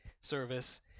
service